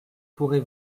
pourrez